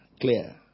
clear